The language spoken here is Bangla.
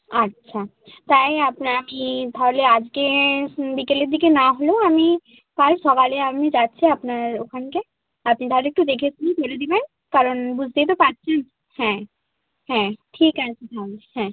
আচ্ছা তাই আপনার আমি তাহলে আজকে বিকেলের দিকে না হলেও আমি কাল সকালে আমি যাচ্ছি আপনার ওখানকে আপনি তাহলে একটু দেখে শুনে করে দেবেন কারণ বুঝতেই তো পারছেন হ্যাঁ হ্যাঁ ঠিক আছে তাহলে হ্যাঁ